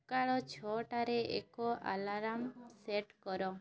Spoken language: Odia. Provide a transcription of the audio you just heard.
ସକାଳ ଛଅଟାରେ ଏକ ଆଲାର୍ମ୍ ସେଟ୍ କର